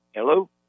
Hello